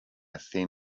thin